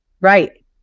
Right